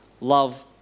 love